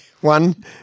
One